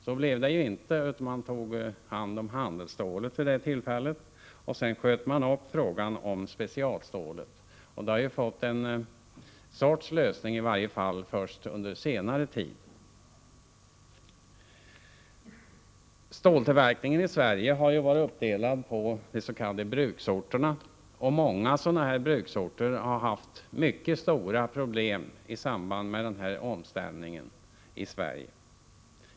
Så blev det inte. Man tog hand om handelsstålet vid det tillfället och sköt upp frågan om specialstålet. Det senare har fått en sorts lösning först under senare tid. Ståltillverkningen i Sverige har ju varit uppdelad på de s.k. bruksorterna. Många sådana bruksorter har haft mycket stora problem i samband med omställningen i Sverige.